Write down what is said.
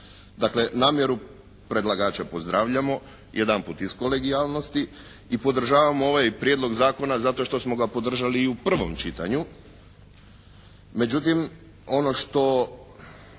Dakle, namjeru predlagača pozdravljamo, jedanput iz kolegijalnosti i podržavamo ovaj Prijedlog zakona zato što smo ga podržali i u prvom čitanju.